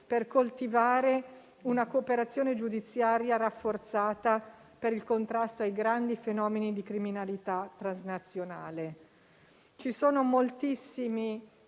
per coltivare una cooperazione giudiziaria rafforzata per il contrasto ai grandi fenomeni di criminalità transnazionale. Ci sono moltissimi